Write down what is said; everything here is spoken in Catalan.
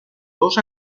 dos